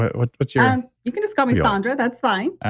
what's what's your you can just call me saundra. that's fine.